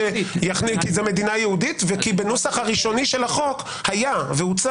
זו מדינה יהודית וכי בנוסח הראשוני של החוק היה והוצא